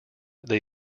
they